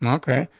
um okay.